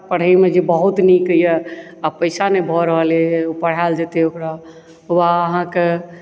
पढ़यमे जे बहुत नीक यए आओर पैसा नहि भऽ रहल अछि पढ़ायल जेतै ओकरा वा अहाँके